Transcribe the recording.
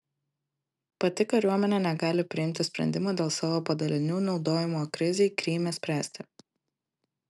pati kariuomenė negali priimti sprendimo dėl savo padalinių naudojimo krizei kryme spręsti